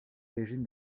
régime